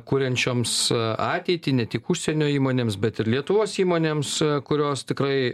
kuriančioms ateitį ne tik užsienio įmonėms bet ir lietuvos įmonėms kurios tikrai